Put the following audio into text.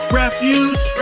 refuge